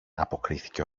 αποκρίθηκε